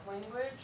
language